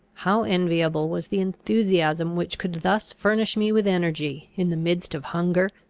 how enviable was the enthusiasm which could thus furnish me with energy, in the midst of hunger,